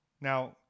now